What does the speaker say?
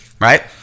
right